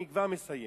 אני כבר מסיים.